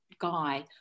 Guy